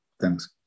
Thanks